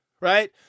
right